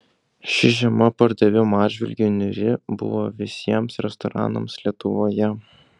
ši žiema pardavimų atžvilgiu niūri buvo visiems restoranams lietuvoje